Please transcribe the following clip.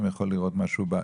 הוא יוכל גם לראות משהו באתר.